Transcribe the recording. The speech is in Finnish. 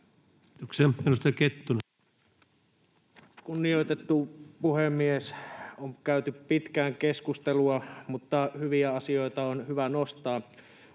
Kiitoksia. — Edustaja Kettunen. Kunnioitettu puhemies! On käyty pitkään keskustelua, mutta hyviä asioita on hyvä nostaa.